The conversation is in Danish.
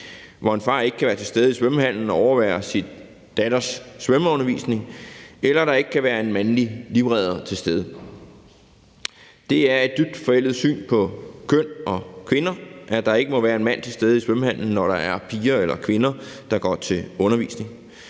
så en far ikke kan være til stede i svømmehallen og overvære sin datters svømmeundervisning, eller der ikke kan være en mandlig livredder til stede. Det er et dybt forældet syn på køn og kvinder, at der ikke må være en mand til stede i svømmehallen, når der er piger eller kvinder, der går til undervisning.